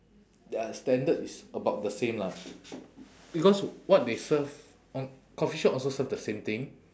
their standard is about the same lah because what they serve uh coffee shop also serve the same thing